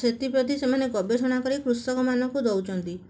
ସେଥିପ୍ରତି ସେମାନେ ଗବେଷଣା କରି କୃଷକମାନଙ୍କୁ ଦେଉଛନ୍ତି